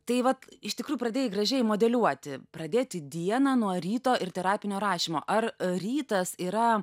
tai vat iš tikrųjų pradėjai gražiai modeliuoti pradėti dieną nuo ryto ir terapinio rašymo ar rytas yra